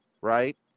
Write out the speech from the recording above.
right